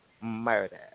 murder